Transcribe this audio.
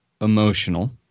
emotional